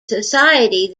society